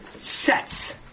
sets